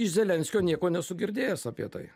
iš zelenskio nieko nesu girdėjęs apie tai